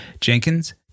Jenkins